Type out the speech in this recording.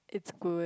it's good